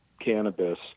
cannabis